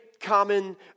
common